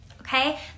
okay